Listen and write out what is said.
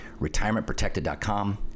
Retirementprotected.com